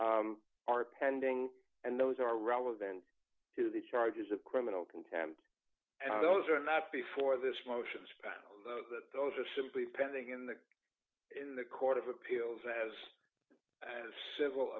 t are pending and those are relevant to the charges of criminal contempt and those are not before this motions that those are simply pending in the in the court of appeals as of civil